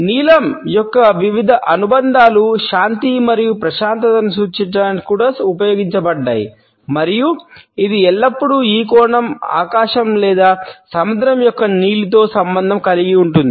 నీలం యొక్క వివిధ అనుబంధాలు శాంతి మరియు ప్రశాంతతను సూచించడానికి కూడా ఉపయోగించబడ్డాయి మరియు ఇది ఎల్లప్పుడూ ఈ కోణంలో ఆకాశం లేదా సముద్రం యొక్క నీలితో సంబంధం కలిగి ఉంటుంది